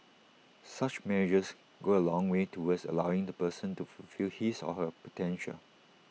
such measures go A long way towards allowing the person to fulfil his or her potential